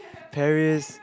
Paris